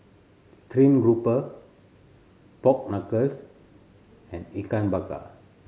stream grouper pork knuckle and Ikan Bakar